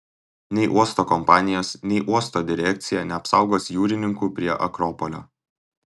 nei uosto kompanijos nei uosto direkcija neapsaugos jūrininkų prie akropolio